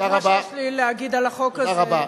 את מה שיש לי להגיד על החוק הזה, תודה רבה.